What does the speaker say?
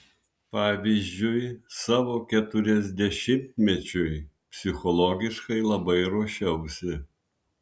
pavyzdžiui savo keturiasdešimtmečiui psichologiškai labai ruošiausi